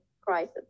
crisis